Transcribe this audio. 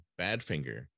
Badfinger